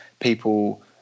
people